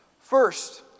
First